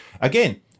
again